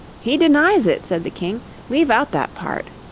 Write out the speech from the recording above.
he denies it said the king leave out that part